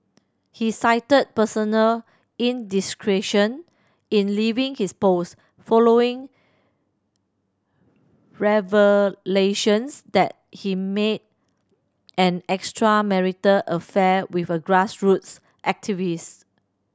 he cited personal indiscretion in leaving his post following revelations that he made an extramarital affair with a grassroots activist